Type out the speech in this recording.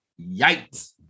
yikes